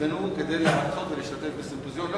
הוזמנו כדי להרצות ולהשתתף בסימפוזיון לא